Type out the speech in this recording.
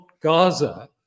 Gaza